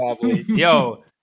Yo